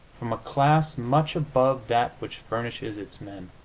from a class much above that which furnishes its men.